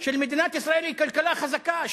של מדינת ישראל היא כלכלה חזקה.